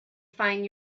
find